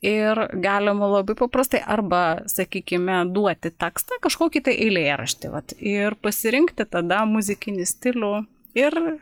ir galima labai paprastai arba sakykime duoti tekstą kažkokį tai eilėraštį vat ir pasirinkti tada muzikinį stilių ir